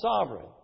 sovereign